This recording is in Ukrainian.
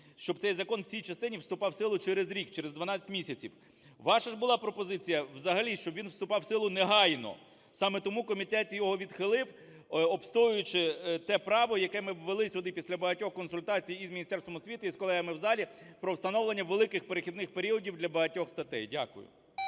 щоб цей закон в цій частині вступав в силу через рік, через 12 місяців. Ваша ж була пропозиція, взагалі щоб він вступав в силу негайно. Саме тому комітет його відхилив, відстоюючи те право, яке ми ввели сюди після багатьох консультацій і з Міністерством освіти, і з колегами в залі, про встановлення великих перехідних періодів для багатьох статей. Дякую.